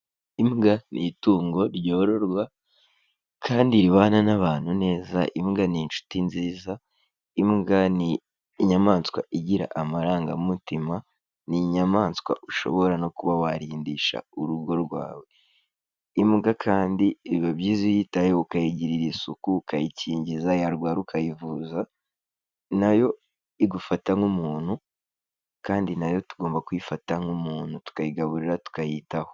Imbwa ni itungo ryororwa kandi ribana n'abantu neza, imbwa ni inshuti nziza, imbwa ni inyamaswa igira amarangamutima, ni inyamaswa ushobora no kuba warindisha urugo rwawe, imbwa kandi biba byiza iyo uyitayeho, ukayigirira isuku, ukayikingiza, yarwara ukayivuza, na yo igufata nk'umuntu kandi na yo tugomba kuyifata nk'umuntu, tukayigaburira tukayitaho.